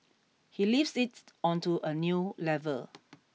he lifts it onto a new level